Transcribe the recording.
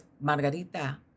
Margarita